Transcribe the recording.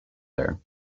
there